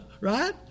right